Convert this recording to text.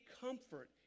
comfort